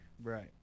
Right